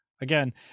Again